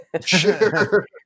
Sure